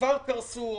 שכבר קרסו,